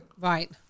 Right